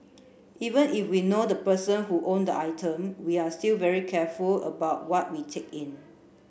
even if we know the person who owned the item we're still very careful about what we take in